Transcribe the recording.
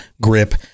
grip